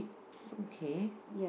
okay